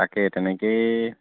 তাকে তেনেকৈয়ে